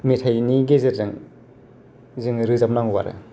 मेथाइनि गेजेरजों जों रोजाबनांगौ आरो